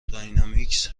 داینامیکس